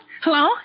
Hello